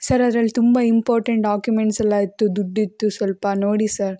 sir ಅದ್ರಲ್ಲಿ ತುಂಬ important documents ಎಲ್ಲ ಇತ್ತು ದುಡ್ಡಿತ್ತು ಸ್ವಲ್ಪ ನೋಡಿ ಸರ್